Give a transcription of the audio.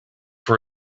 for